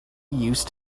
used